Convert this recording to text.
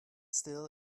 still